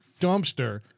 dumpster